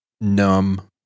numb